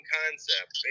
concept